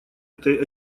этой